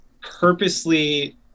purposely